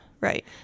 Right